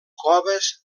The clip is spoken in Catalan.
coves